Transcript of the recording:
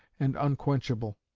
and unquenchable.